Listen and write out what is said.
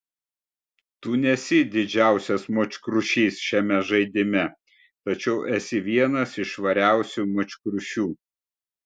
tu nesi didžiausias močkrušys šiame žaidime tačiau esi vienas iš švariausių močkrušių